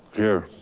here.